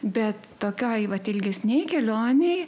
bet tokioj vat ilgesnėj kelionėj